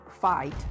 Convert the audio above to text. fight